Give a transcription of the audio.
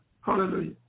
hallelujah